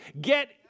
Get